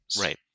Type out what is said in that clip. Right